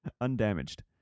Undamaged